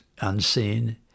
unseen